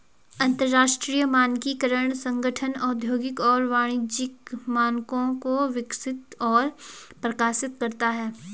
अंतरराष्ट्रीय मानकीकरण संगठन औद्योगिक और वाणिज्यिक मानकों को विकसित और प्रकाशित करता है